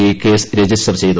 I case register ചെയ്തു